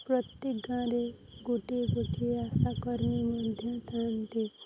ପ୍ରତ୍ୟେକ ଗାଁରେ ଗୋଟିଏ ଗୋଟିଏ ଆଶାକର୍ମୀ ମଧ୍ୟ ଥାଆନ୍ତି